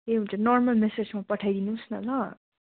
ए हुन्छ नर्मल मेसेजमा पठाइदिनुस् न ल